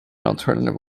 alternative